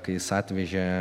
kai jis atvežė